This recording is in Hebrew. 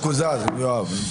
הצבעה ההסתייגות לא התקבלה.